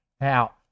now